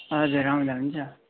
हजुर आउँदा हुन्छ